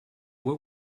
what